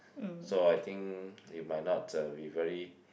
so I think you might not uh be very